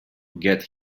gets